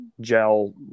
gel